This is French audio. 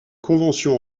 convention